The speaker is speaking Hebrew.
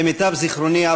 למיטב זיכרוני,